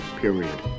period